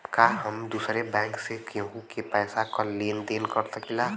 का हम दूसरे बैंक से केहू के पैसा क लेन देन कर सकिला?